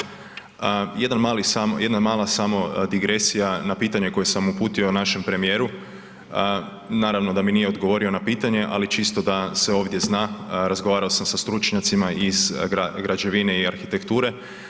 Jedan mali samo, jedna malo samo digresija na pitanje koje sam uputio našem premijeru, naravno da mi nije odgovorio na pitanje, ali čisto da se ovdje zna, razgovarao sam sa stručnjacima iz građevine i arhitekture.